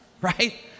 right